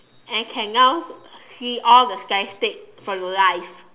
and can now see all the statistic from your life